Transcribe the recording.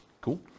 Cool